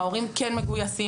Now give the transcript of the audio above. ההורים כן מגויסים,